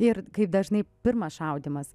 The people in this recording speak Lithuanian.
ir kaip dažnai pirmas šaudymas